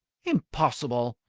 impossible!